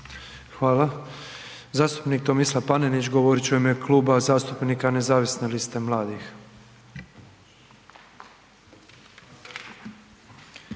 Hvala. Zastupnik Tomislav Panenić govorit će u ime Kluba zastupnika nezavisne liste mladih.